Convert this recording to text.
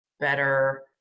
better